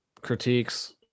critiques